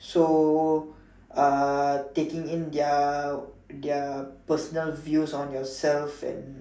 so uh taking in their their personal views on yourself and